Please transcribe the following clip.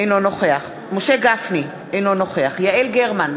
אינו נוכח משה גפני, אינו נוכח יעל גרמן,